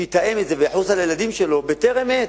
שיתאם את זה ויחוס על הילדים שלו בטרם עת.